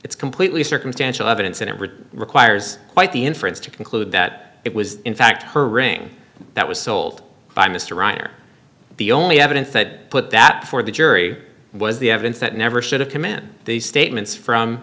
it's completely circumstantial evidence and it really requires quite the inference to conclude that it was in fact her ring that was sold by mr reiner the only evidence that put that before the jury was the evidence that never should have come in these statements from